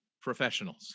professionals